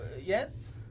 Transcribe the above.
yes